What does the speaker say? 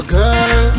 girl